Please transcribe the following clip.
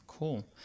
Cool